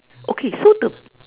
okay so the